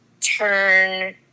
turn